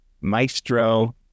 Maestro